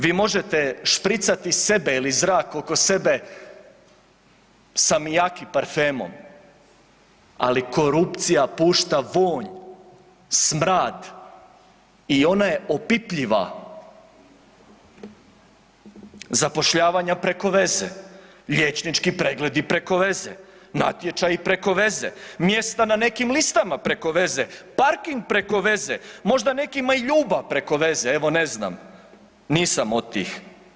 Vi možete špricati sebe ili zrak oko sebe sa Miyaki parfemom, ali korupcija pušta vonj, smrad i ona je opipljiva – zapošljavanja preko veze, liječnički pregledi preko veze, natječaji preko veze, mjesta na nekim listama preko veze, parking preko veze, možda nekima i ljubav preko veze evo ne zna, nisam od tih.